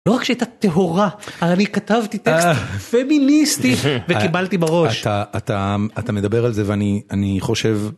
לא רק שהייתה טהורה אני כתבתי טקסט פמיניסטי וקיבלתי בראש אתה אתה מדבר על זה ואני אני חושב.